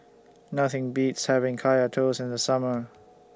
Nothing Beats having Kaya Toast in The Summer